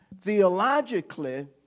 Theologically